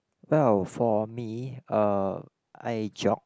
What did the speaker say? well for me uh I jog